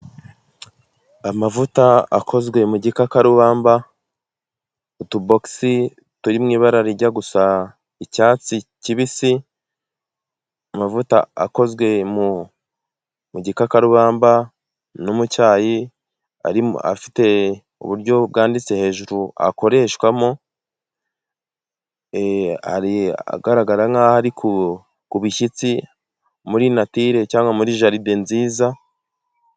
Amavuta akozwe mu gikakarubamba utuboxi turimo ibara rijya gusa icyatsi kibisi ,amavuta akozwe mu gikakarubamba no mu cyayi arimo afite uburyo bwanditse hejuru akoreshwamo, hari agaragara nkaho ari ku bishyitsi muri nature cyangwa muri jardin nziza.